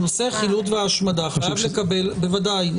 נושא חילוט והשמדה חייב לקבל בוודאי,